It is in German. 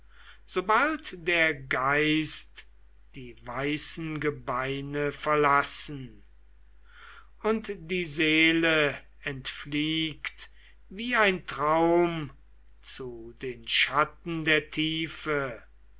sobald der geist die weißen gebeine verlassen und die seele entfliegt wie ein traum zu den schatten der tiefe